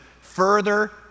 further